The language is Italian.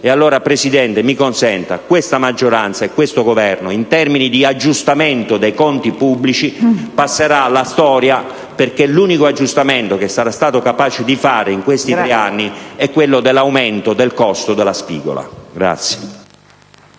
signora Presidente, mi consenta: questa maggioranza e questo Governo, in termini di aggiustamento dei conti pubblici, passerà alla storia perché l'unico aggiustamento che sarà stato capace di fare in questi tre anni è quello dell'aumento del costo della spigola.